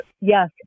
Yes